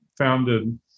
founded